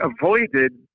avoided